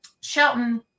Shelton